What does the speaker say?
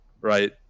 right